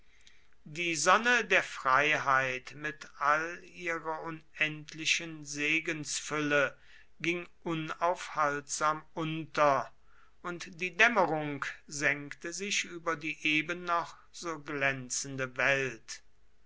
die sonne der freiheit mit all ihrer unendlichen segensfülle ging unaufhaltsam unter und die dämmerung senkte sich über die eben noch so glänzende welt